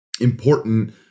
important